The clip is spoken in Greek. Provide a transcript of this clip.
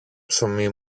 ψωμί